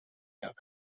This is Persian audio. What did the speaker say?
رود